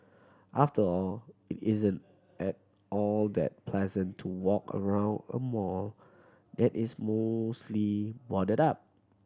after all it isn't at all that pleasant to walk around a mall that is mostly boarded up